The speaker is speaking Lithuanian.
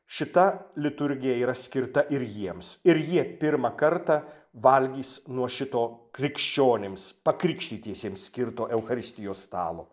šita liturgija yra skirta ir jiems ir jie pirmą kartą valgys nuo šito krikščionims pakrikštytiesiems skirto eucharistijos stalo